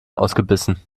ausgebissen